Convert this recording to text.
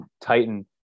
titan